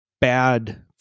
bad